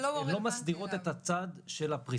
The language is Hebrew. התקנות האלה לא מסדירות את הצד של הפריסה,